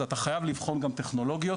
אז אתה חייב לבחון גם טכנולוגיות.